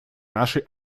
наши